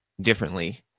differently